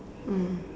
mm